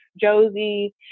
Josie